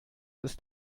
ist